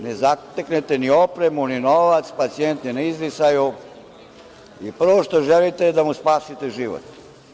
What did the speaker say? Ne zateknete ni opremu, ni novac, pacijent je na izdisaju i prvo što želite da mu spasite život.